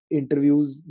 interviews